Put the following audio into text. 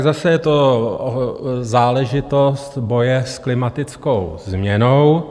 Zase je to záležitost boje s klimatickou změnou.